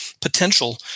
potential